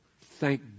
Thank